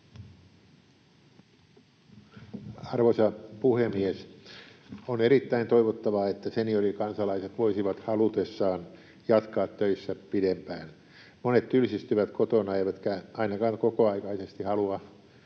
Arvoisa puhemies! On erittäin toivottavaa, että seniorikansalaiset voisivat halutessaan jatkaa töissä pidempään. Monet tylsistyvät kotona eivätkä ainakaan kokoaikaisesti haluaisi